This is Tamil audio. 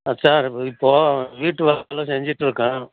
ஆ சார் இப்போ வீட்டு வேலை செஞ்சிட்டுருக்கேன்